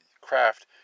craft